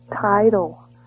title